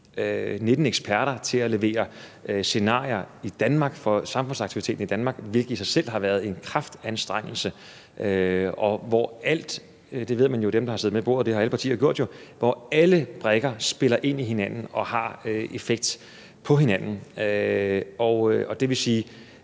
19 eksperter til at levere scenarier for samfundsaktiviteten i Danmark, hvilket i selv har været en kraftanstrengelse, hvor alle brikker – det ved jo dem, der har siddet med ved bordet, og det har alle partier gjort – spiller ind i hinanden og har effekt på hinanden. Det vil sige,